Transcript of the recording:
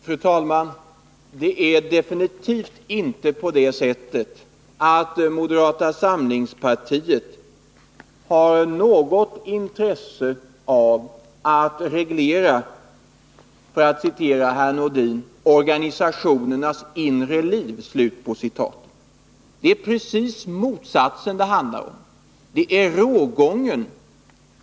Fru talman! Det är definitivt inte på det sättet att moderata samlingspartiet har något intresse av att reglera, för att citera herr Nordin, organisationernas inre liv. Det är precis motsatsen det handlar om.